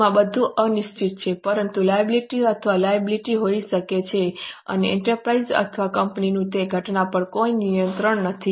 જેમાં બધું અનિશ્ચિત છે પરંતુ લાયબિલિટી અથવા લાયબિલિટી હોઈ શકે છે અને એન્ટરપ્રાઇઝ અથવા કંપનીનું તે ઘટના પર કોઈ નિયંત્રણ નથી